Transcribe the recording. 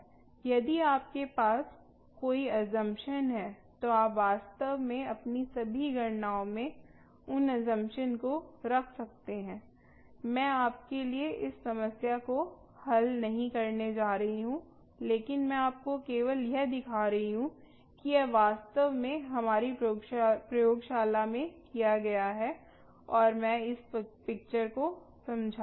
यदि आपके पास कोई अज़म्पशन है तो आप वास्तव में अपनी सभी गणनाओं में उन अज़म्पशन को रख सकते हैं मैं आपके लिए इस समस्या को हल नहीं करने जा रही हूं लेकिन मैं आपको केवल यह दिखा रही हूं कि यह वास्तव में हमारी प्रयोगशाला में किया गया है और मैं इस पिक्चर को समझती हूँ